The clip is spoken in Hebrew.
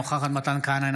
אינה נוכחת מתן כהנא,